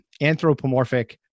anthropomorphic